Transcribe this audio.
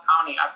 County